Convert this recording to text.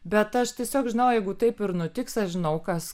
bet aš tiesiog žinau jeigu taip ir nutiks aš žinau kas